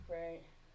right